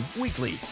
weekly